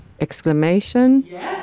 exclamation